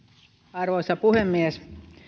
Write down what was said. arvoisa puhemies